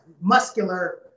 muscular